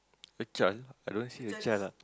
a child I don't see a child lah